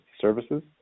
services